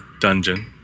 dungeon